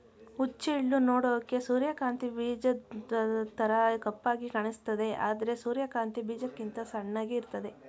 ಹುಚ್ಚೆಳ್ಳು ನೋಡೋಕೆ ಸೂರ್ಯಕಾಂತಿ ಬೀಜದ್ತರ ಕಪ್ಪಾಗಿ ಕಾಣಿಸ್ತದೆ ಆದ್ರೆ ಸೂರ್ಯಕಾಂತಿ ಬೀಜಕ್ಕಿಂತ ಸಣ್ಣಗೆ ಇರ್ತದೆ